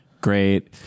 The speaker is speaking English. Great